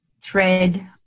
thread